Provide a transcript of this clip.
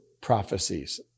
prophecies